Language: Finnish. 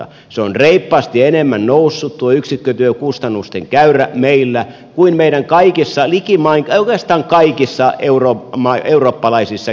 yksikkötyökustannusten käyrä on noussut reippaasti enemmän meillä kuin meidän kaikilla eurooppalaisilla kilpakumppaneilla